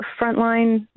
frontline